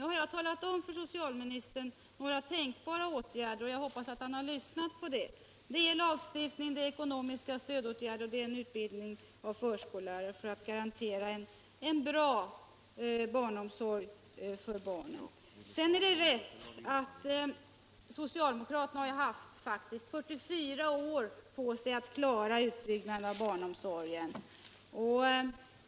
Nu har jag för grammet för socialministern angivit några tänkbara åtgärder, och jag hoppas att han barnomsorgen har lyssnat: lagstiftning, ekonomiska stödåtgärder samt utbildning av förskollärare för att garantera en bra barnomsorg. Det är riktigt att socialdemokraterna faktiskt har haft 44 år på sig att klara utbyggnaden av barnomsorgen.